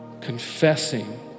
confessing